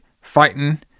fighting